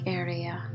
area